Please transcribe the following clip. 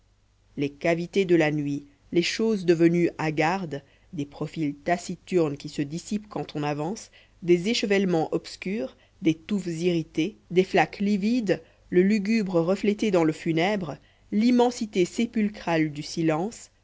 les cavités de la nuit les choses devenues hagardes des profils taciturnes qui se dissipent quand on avance des échevellements obscurs des touffes irritées des flaques livides le lugubre reflété dans le funèbre l'immensité sépulcrale du silence